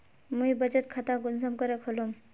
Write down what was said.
मुई बचत खता कुंसम करे खोलुम?